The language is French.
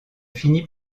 finit